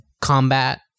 combat